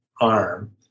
arm